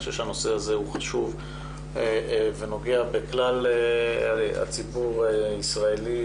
אני חושב שהנושא הזה הוא חשוב ונוגע בכלל הציבור הישראלי,